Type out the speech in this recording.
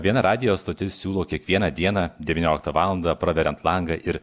viena radijo stotis siūlo kiekvieną dieną devynioliktą valandą praveriant langą ir